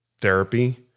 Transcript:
therapy